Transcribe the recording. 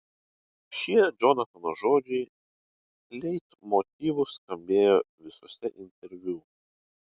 šie džonatano žodžiai leitmotyvu skambėjo visuose interviu